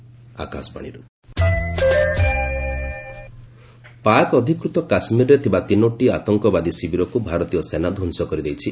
JK army Pak ଅଧିକୃତ କାଶ୍ମୀରରେ ଥିବା ତିନୋଟି ଆତଙ୍କବାଦୀ ଶିବିରକୁ ଭାରତୀୟ ସେନା ଧ୍ୱଂସ କରିଦେଇଛି